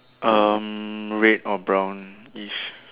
um red or brownish